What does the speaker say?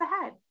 ahead